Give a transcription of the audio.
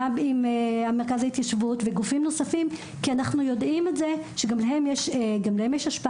גם עם מרכז ההתיישבות וגופים נוספים כי אנחנו יודעים שגם להם יש השפעה.